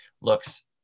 looks